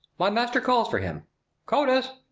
my master calls for him cotus!